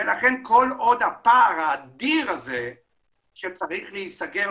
כל עוד הפער האדיר הזה שצריך להיסגר,